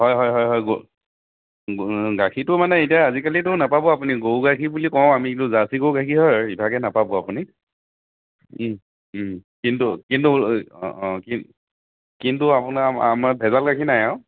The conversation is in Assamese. হয় হয় হয় হয় গ গাখীৰটো মানে এতিয়া আজিকালিটো নাপাব আপুনি গৰু গাখীৰ বুলি কওঁ আমি কিন্তু জাৰ্চী গৰুৰ গাখীৰেই হয় ইভাগে নাপাব আপুনি কিন্তু কিন্তু এই অঁ অঁ কি কিন্তু আপোনাৰ আম আমাৰ ভেজাল গাখীৰ নাই আৰু